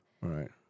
Right